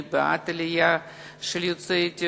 אני בעד העלייה מאתיופיה.